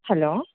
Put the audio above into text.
hello